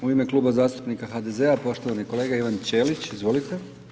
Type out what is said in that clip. U ime Kluba zastupnika HDZ-a poštovani kolega Ivan Ćelić, izvolite.